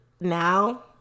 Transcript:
now